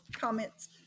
comments